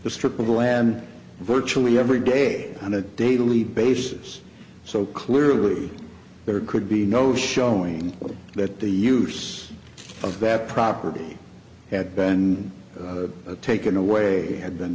the strip of land virtually every day on a daily basis so clearly there could be no showing that the use of that property had been taken away had been